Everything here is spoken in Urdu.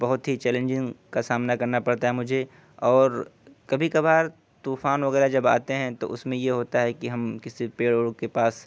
بہت ہی چیلنجنگ کا سامنا کرنا پڑتا ہے مجھے اور کبھی کبھار طوفان وغیرہ جب آتے ہیں تو اس میں یہ ہوتا ہے کہ ہم کسی پیڑ ووڑ کے پاس